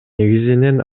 негизинен